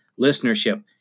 listenership